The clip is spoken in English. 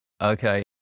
Okay